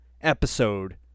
episode